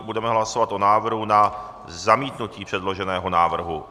Budeme hlasovat o návrhu na zamítnutí předloženého návrhu.